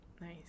Nice